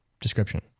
description